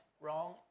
Wrong